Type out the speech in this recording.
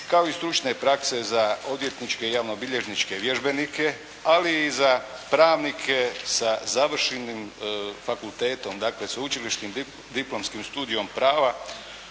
kao i stručne prakse za odvjetničke i javnobilježničke vježbenike, ali i za pravnike sa završenim fakultetom, dakle sveučilišnim diplomskim studijom prava